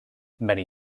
many